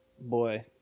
boy